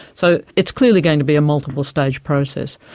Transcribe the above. so it's clearly going to be a multiple-stage process.